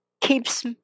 keeps